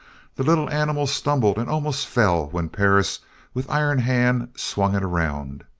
the little animal stumbled and almost fell when perris with iron hand swung it around.